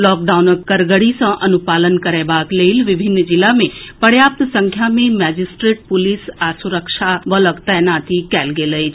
लॉकडाउनक कड़गरी सँ अनुपालन करएबाक लेल विभिन्न जिला मे पर्याप्त संख्या मे मजिस्टेट पुलिस आ सुरक्षा बलक तैनाती कयल गेल अछि